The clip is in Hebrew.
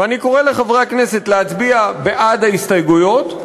ואני קורא לחברי הכנסת להצביע בעד ההסתייגויות,